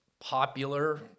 popular